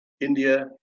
India